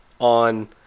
on